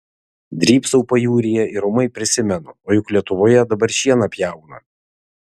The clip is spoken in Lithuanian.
drybsau pajūryje ir ūmai prisimenu o juk lietuvoje dabar šieną pjauna